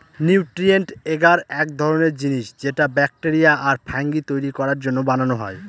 nutrient এগার এক ধরনের জিনিস যেটা ব্যাকটেরিয়া আর ফাঙ্গি তৈরী করার জন্য বানানো হয়